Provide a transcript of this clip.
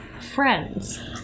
friends